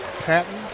Patton